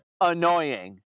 annoying